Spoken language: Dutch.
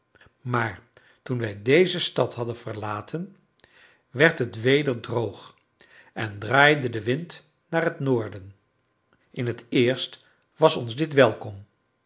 maar toen wij deze stad hadden verlaten werd het weder droog en draaide de wind naar het noorden in het eerst was ons dit welkom